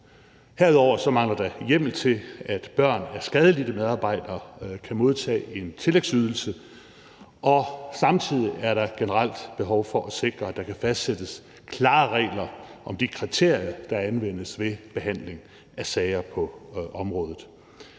Herudover mangler der hjemmel til, at børn af skadelidte medarbejdere kan modtage en tillægsydelse, og samtidig er der generelt behov for at sikre, at der kan fastsættes klare regler om de kriterier, der anvendes ved behandling af sager på området.